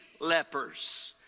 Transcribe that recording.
lepers